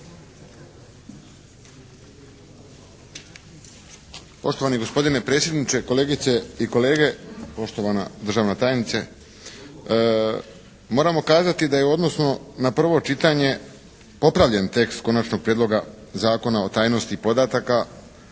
Poštovani gospodine predsjedniče, kolegice i kolege, poštovana državna tajnice. Moramo kazati da je u odnosu na prvo čitanje popravljen tekst Konačnog prijedloga zakona o tajnosti podataka,